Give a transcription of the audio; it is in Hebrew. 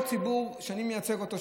או הציבור שאני מייצג אותו,